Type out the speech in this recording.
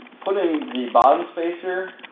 putting the bottom spacer,